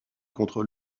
contre